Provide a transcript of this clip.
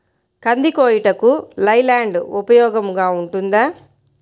కంది కోయుటకు లై ల్యాండ్ ఉపయోగముగా ఉంటుందా?